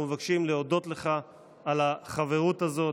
אנחנו מבקשים להודות לך על החברות הזאת.